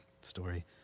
story